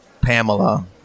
Pamela